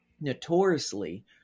Notoriously